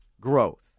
growth